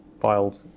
filed